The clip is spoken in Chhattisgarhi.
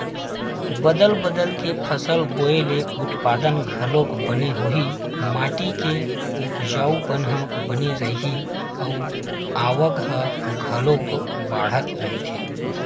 बदल बदल के फसल बोए ले उत्पादन घलोक बने होही, माटी के उपजऊपन ह बने रइही अउ आवक ह घलोक बड़ाथ रहीथे